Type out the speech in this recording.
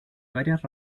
varias